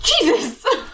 Jesus